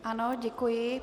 Ano, děkuji.